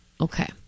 Okay